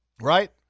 Right